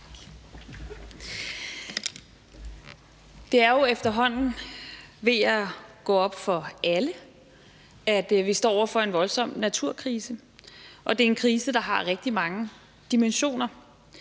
Det er jo efterhånden ved at gå op for alle, at vi står over for en voldsom naturkrise, og at det er en krise, der har rigtig mange dimensioner,